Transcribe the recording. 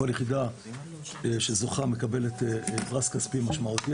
כל יחידה שזוכה מקבלת פרס כספי משמעותי,